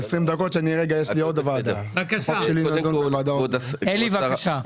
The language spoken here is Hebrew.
בבקשה, אלי בבקשה.